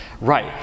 Right